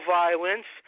violence